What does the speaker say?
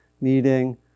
meeting